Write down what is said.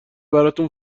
براتون